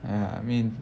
ya I mean